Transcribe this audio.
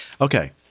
Okay